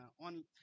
on